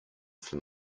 from